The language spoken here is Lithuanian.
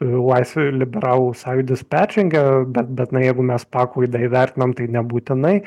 laisvė ir liberalų sąjūdis peržengia bet bet na jeigu mes paklaidą įvertinam tai nebūtinai